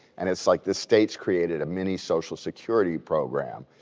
and it's like the state's created a mini social security program,